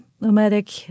nomadic